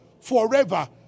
forever